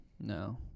No